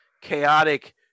chaotic